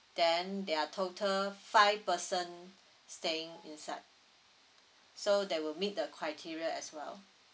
then there are total five person staying inside so that will meet the criteria as well